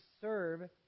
serve